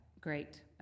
great